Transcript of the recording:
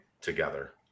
together